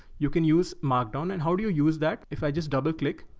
you can use markdown. and how do you use that? if i just double click,